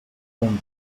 com